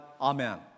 Amen